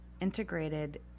integrated